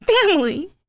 Family